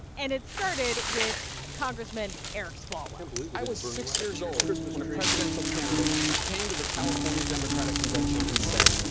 and it started with congressman eric swalwell i was six years old when a presidential candidate came to the california democratic convention and said,